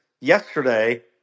yesterday